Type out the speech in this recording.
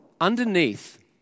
Underneath